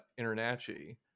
InterNACHI